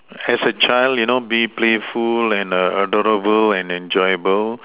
as a child you know be playful and adorable and enjoyable